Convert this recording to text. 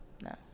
No